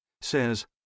Says